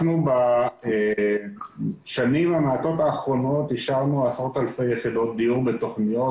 אנחנו בהחלט מכוונים את הזרקור ואת הפוקוס לסוגיות האלה,